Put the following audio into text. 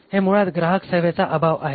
हे मुळात ग्राहक सेवेचा अभाव आहे